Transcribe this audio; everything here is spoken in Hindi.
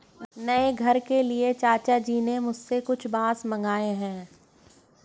नए घर के लिए चाचा जी ने मुझसे कुछ बांस मंगाए हैं